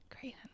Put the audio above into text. Great